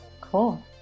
Cool